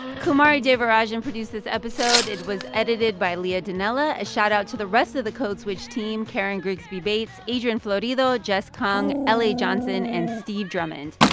kumari devarajan produced this episode. it was edited by leah donnella. a shoutout to the rest of the code switch team karen grigsby bates, adrian florido, jess kung, la johnson and steve drummond.